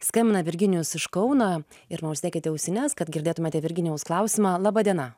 skambina virginijus iš kauno ir užsidėkite ausines kad girdėtumėte virginijaus klausimą laba diena